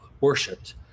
worshipped